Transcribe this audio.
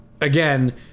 again